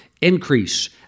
increase